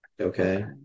Okay